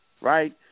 right